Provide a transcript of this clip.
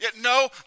No